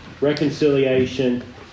reconciliation